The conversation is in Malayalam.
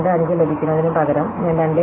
25 ലഭിക്കുന്നതിനു പകരം ഞാൻ 2